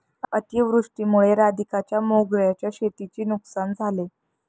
अतिवृष्टीमुळे राधिकाच्या मोगऱ्याच्या शेतीची नुकसान झाले